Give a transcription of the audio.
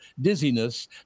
dizziness